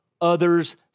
others